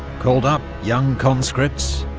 called up young conscripts,